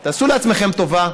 תעשו לעצמכם טובה,